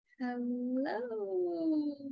Hello